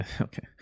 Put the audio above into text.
okay